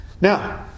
Now